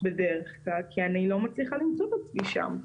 בדרך כלל, כי אני לא מצליחה למצוא את עצמי שם.